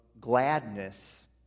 gladness